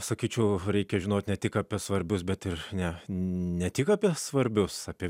sakyčiau reikia žinoti ne tik apie svarbius bet ir ne ne tik apie svarbius apie